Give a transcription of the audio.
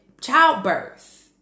childbirth